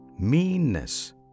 meanness